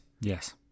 Yes